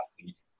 athlete